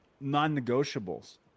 non-negotiables